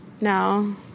No